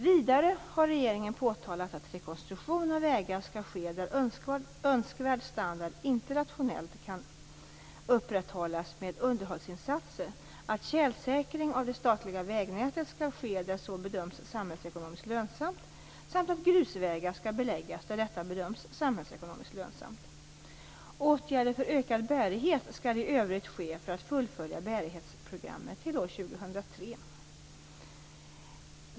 Vidare har regeringen påtalat att rekonstruktion av vägar skall ske där önskvärd standard inte rationellt kan upprätthållas med underhållsinsatser, att tjälsäkring av det statliga vägnätet skall ske där så bedöms samhällsekonomiskt lönsamt samt att grusvägar skall beläggas där detta bedöms samhällsekonomiskt lönsamt. Åtgärder för ökad bärighet skall i övrigt ske för att fullfölja bärighetsprogrammet till år 2003.